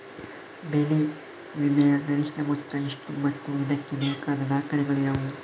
ಬೆಳೆ ವಿಮೆಯ ಗರಿಷ್ಠ ಮೊತ್ತ ಎಷ್ಟು ಮತ್ತು ಇದಕ್ಕೆ ಬೇಕಾದ ದಾಖಲೆಗಳು ಯಾವುವು?